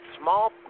small